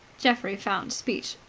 geoffrey found speech.